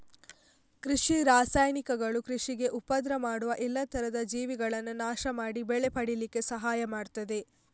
ಕೃಷಿ ರಾಸಾಯನಿಕಗಳು ಕೃಷಿಗೆ ಉಪದ್ರ ಮಾಡುವ ಎಲ್ಲಾ ತರದ ಜೀವಿಗಳನ್ನ ನಾಶ ಮಾಡಿ ಬೆಳೆ ಪಡೀಲಿಕ್ಕೆ ಸಹಾಯ ಮಾಡ್ತದೆ